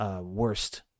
Worst